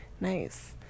Nice